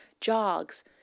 jogs